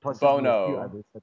Bono